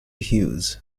hughes